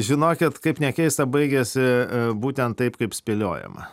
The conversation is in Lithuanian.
žinokit kaip nekeista baigėsi būtent taip kaip spėliojom